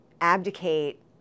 abdicate